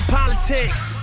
politics